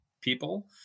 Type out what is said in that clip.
people